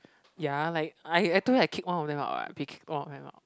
ya like I I told you I kicked one of them out [what] we kicked one of them out